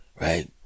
right